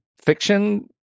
fiction